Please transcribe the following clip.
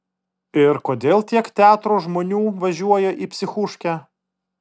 ir kodėl tiek teatro žmonių važiuoja į psichuškę